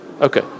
Okay